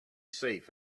safe